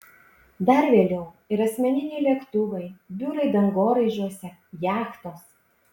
dar vėliau ir asmeniniai lėktuvai biurai dangoraižiuose jachtos